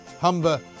humber